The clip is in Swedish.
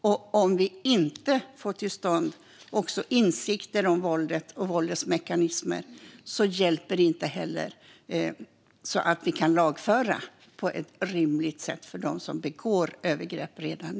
Om vi inte får till stånd också insikter om våldet och våldets mekanismer hjälper det inte att vi på ett rimligt sätt kan lagföra dem som begår övergrepp redan nu.